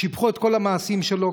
שיבחו את כל המעשים שלו,